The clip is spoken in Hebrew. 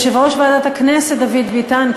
יושב-ראש ועדת הכנסת דוד ביטן,